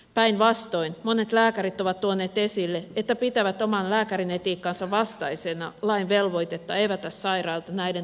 päinvastoin monet lääkärit ovat tuoneet esille että pitävät oman lääkärin etiikkansa vastaisena lain velvoitetta evätä sairailta näiden tarvitsema hoito